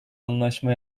anlaşma